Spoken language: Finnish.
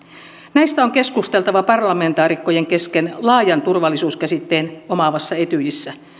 näistä on keskusteltava parlamentaarikkojen kesken laajan turvallisuuskäsitteen omaavassa etyjissä